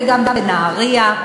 וגם בנהרייה,